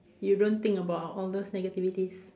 you don't think about all those negativities